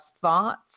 thoughts